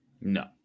No